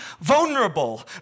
vulnerable